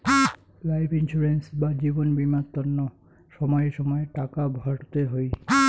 life insurance বা জীবন বীমার তন্ন সময়ে সময়ে টাকা ভরতে হই